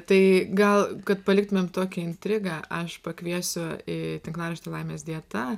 tai gal kad paliktumėm tokią intrigą aš pakviesiu į tinklaraštį laimės dieta